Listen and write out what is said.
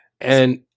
And-